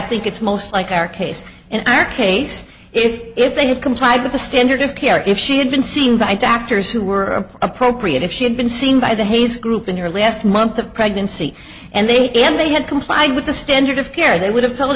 think it's most like our case in our case if if they had complied with the standard of care if she had been seen by doctors who were appropriate if she had been seen by the hayes group in her last month of pregnancy and they and they had complied with the standard of care they would have told